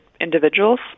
individuals